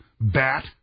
bat